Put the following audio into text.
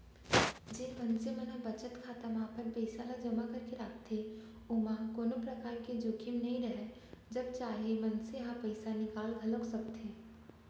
जेन मनसे मन ह बचत खाता म अपन पइसा ल जमा करके राखथे ओमा कोनो परकार के जोखिम नइ राहय जब चाहे मनसे ह पइसा निकाल घलौक सकथे